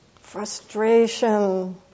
frustration